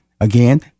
Again